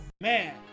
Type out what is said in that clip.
man